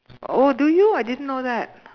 oh do you I didn't know that